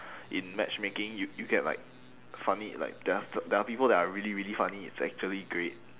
in matchmaking you you get like funny like there are there are people that are really really funny it's actually great